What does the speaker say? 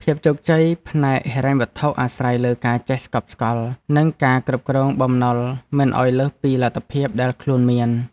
ភាពជោគជ័យផ្នែកហិរញ្ញវត្ថុអាស្រ័យលើការចេះស្កប់ស្កល់ និងការគ្រប់គ្រងបំណុលមិនឱ្យលើសពីលទ្ធភាពដែលខ្លួនមាន។